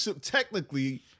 technically